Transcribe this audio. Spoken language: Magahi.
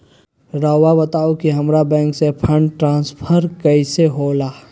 राउआ बताओ कि हामारा बैंक से फंड ट्रांसफर कैसे होला?